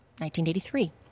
1983